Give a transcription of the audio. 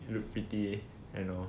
you look pretty and know